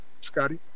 Scotty